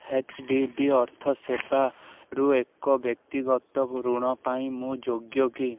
H D B ଅର୍ଥ ସେବାରୁ ଏକ ବ୍ୟକ୍ତିଗତ ଋଣ ପାଇଁ ମୁଁ ଯୋଗ୍ୟ କି